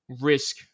risk